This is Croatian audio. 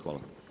Hvala.